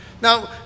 Now